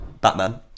Batman